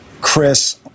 Chris